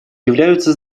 являются